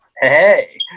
hey